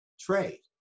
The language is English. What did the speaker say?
trade